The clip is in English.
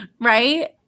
Right